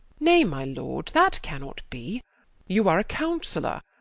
nay, my lord, that cannot be you are a counsellor,